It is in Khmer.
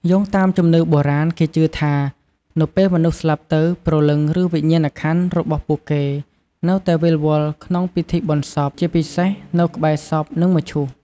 យោងតាមជំនឿបុរាណ គេជឿថា នៅពេលមនុស្សស្លាប់ទៅ ព្រលឹង ឬវិញ្ញាណក្ខន្ធរបស់ពួកគេនៅតែវិលវល់ក្នុងពិធីបុណ្យសព ជាពិសេសនៅក្បែរសព និងមឈូស។